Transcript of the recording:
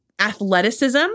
athleticism